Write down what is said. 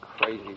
crazy